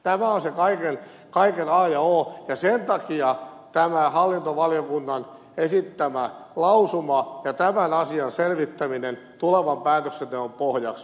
tämä on se kaiken a ja o ja sen takia tämä hallintovaliokunnan esittämä lausuma ja tämän asian selvittäminen tulevan päätöksenteon pohjaksi on aivan oikea ratkaisu